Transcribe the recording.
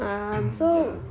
ya